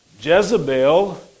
Jezebel